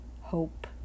hope